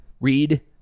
read